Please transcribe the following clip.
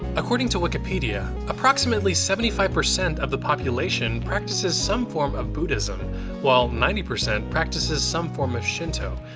according to wikipedia, approximately seventy five percent of the population practices some form of buddhism while ninety percent practices some form of shinto,